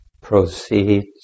proceeds